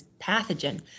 pathogen